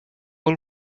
will